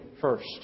First